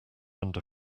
under